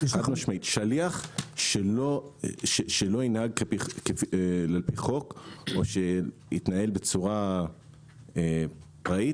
שליח שלא ינהג לפי חוק או שיתנהל בצורה פראית,